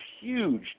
huge